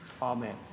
Amen